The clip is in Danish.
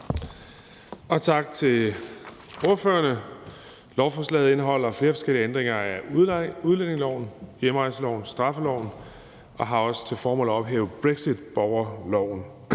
og tak til ordførerne. Lovforslaget indeholder flere forskellige ændringer af udlændingeloven, hjemrejseloven og straffeloven og har også til formål at ophæve brexitborgerloven.